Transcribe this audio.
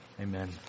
Amen